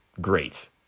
great